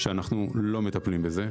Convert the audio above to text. אנחנו לא מטפלים בזה,